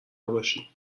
باشی